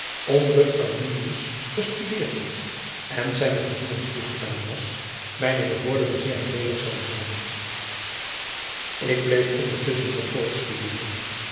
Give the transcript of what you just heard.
onder arminius gestudeerd had en zijne gevoelens toegedaan was mijne bevordering zeer nadeelig zijn zouden ik bleef ondertusschen nog voortstuderen